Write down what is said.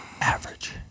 Average